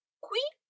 Qui